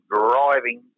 driving